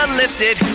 lifted